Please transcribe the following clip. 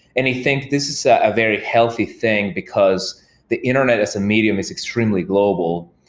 and you think this is a very healthy thing, because the internet as a medium is extremely global.